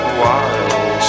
wild